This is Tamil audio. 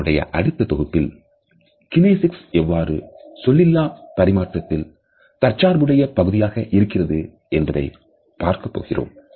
நம்முடைய அடுத்து தொகுப்பில் கினேசிக்ஸ் எவ்வாறு சொல்லிலா பரிமாற்றத்தில் தற்சார்புடைய பகுதியாக இருக்கிறது என்பதை பார்க்கப் போகிறோம்